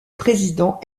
président